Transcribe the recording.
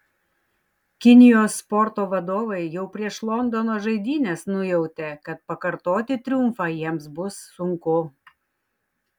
kinijos sporto vadovai jau prieš londono žaidynes nujautė kad pakartoti triumfą jiems bus sunku